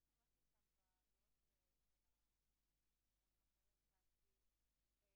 שבהם אין צורך להיעדר ביום ואז החפיפה בין